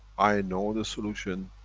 i know the solution,